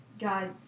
God